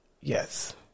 Yes